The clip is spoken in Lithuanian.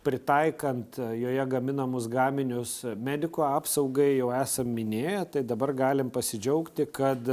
pritaikant joje gaminamus gaminius medikų apsaugai jau esam minėję tai dabar galim pasidžiaugti kad